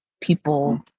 people